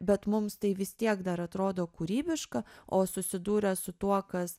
bet mums tai vis tiek dar atrodo kūrybiška o susidūrę su tuo kas